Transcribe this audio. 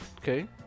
Okay